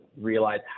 realize